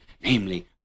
namely